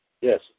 yes